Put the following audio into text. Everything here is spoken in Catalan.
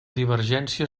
divergència